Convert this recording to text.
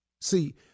See